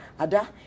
Ada